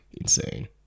insane